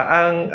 ang